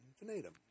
infinitum